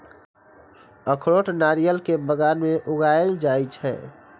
अखरोट नारियल के बगान मे उगाएल जाइ छै